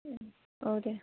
औ दे